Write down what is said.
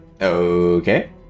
Okay